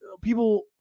people